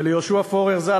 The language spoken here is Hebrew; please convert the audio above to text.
וליהושע פורר ז"ל,